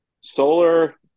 solar